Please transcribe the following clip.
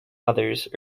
others